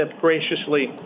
graciously